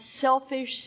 selfish